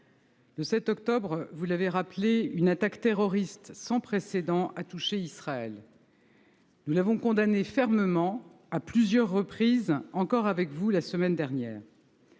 le 7 octobre dernier, une attaque terroriste sans précédent a touché Israël. Nous l’avons condamnée fermement, à plusieurs reprises – notamment avec vous, la semaine dernière.